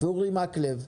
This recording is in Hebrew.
אורי מקלב.